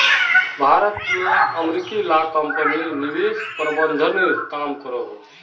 भारत में अमेरिकी ला कम्पनी निवेश प्रबंधनेर काम करोह